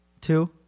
Two